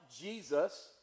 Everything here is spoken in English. Jesus